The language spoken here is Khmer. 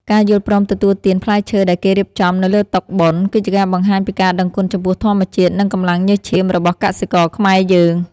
ការយល់ព្រមទទួលទានផ្លែឈើដែលគេរៀបចំនៅលើតុបុណ្យ គឺជាការបង្ហាញពីការដឹងគុណចំពោះធម្មជាតិ និងកម្លាំងញើសឈាមរបស់កសិករខ្មែរយើង។